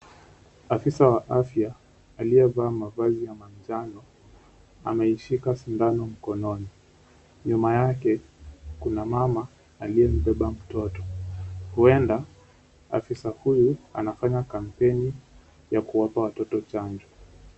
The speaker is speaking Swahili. Afisa wa afya aliyevaa mavazi ya manjano ameishika sindano mkononi ,nyuma yake kuna mama aliyebeba mtoto uenda afisa huyu anafanya kampeni ya kuwapa watoto chanjo.